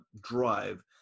drive